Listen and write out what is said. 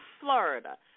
Florida